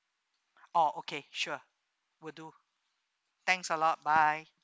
oh okay sure will do thanks a lot bye